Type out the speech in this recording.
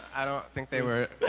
i don't think they were.